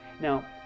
now